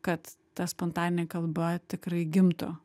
kad ta spontaninė kalba tikrai gimtų